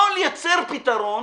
לא לייצר פתרון